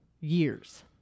Years